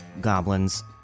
goblins